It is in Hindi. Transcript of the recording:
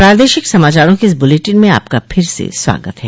प्रादेशिक समाचारों के इस बुलेटिन में आपका फिर से स्वागत है